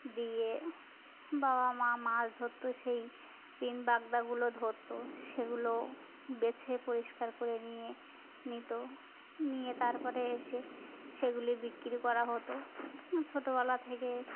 দিয়ে বাবা মা মাস ধরতো সেই পিন বাগদাগুলো ধরতো সেগুলো বেছে পরিষ্কার করে নিয়ে নিতো নিয়ে তারপরে এসে সেগুলি বিক্রি করা হতো ছোটোবেলা থেকে